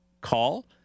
call